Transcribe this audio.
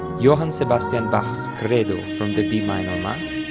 johann sebastian bach's credo from the b-minor mass,